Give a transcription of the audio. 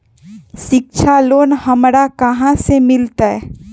शिक्षा लोन हमरा कहाँ से मिलतै?